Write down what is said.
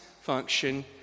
function